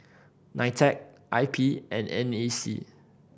NITEC I P and N A C